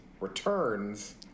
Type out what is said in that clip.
Returns